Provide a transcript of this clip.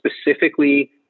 specifically